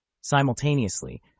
Simultaneously